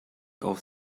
auf